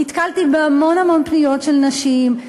נתקלתי בהמון המון פניות של נשים,